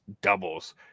doubles